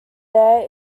there